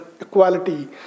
equality